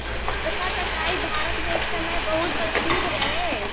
चरखा कताई भारत मे एक समय बहुत प्रसिद्ध रहे